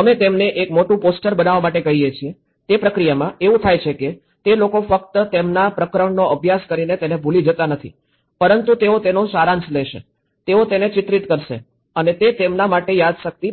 અમે તેમને એક મોટું પોસ્ટર બનાવા માટે કહીએ છીએ તે પ્રક્રિયામાં એવું થાય છે કે તે લોકો ફક્ત તેમના પ્રકરણનો અભ્યાસ કરીને તેને ભૂલી જતા નથી પરંતુ તેઓ તેનો સારાંશ લેશે તેઓ તેને ચિત્રિત કરશે અને તે તેમના માટે યાદશક્તિ બની જાય છે